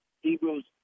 Hebrews